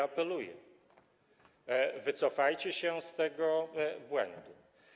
Apeluję, wycofajcie się z tego błędu.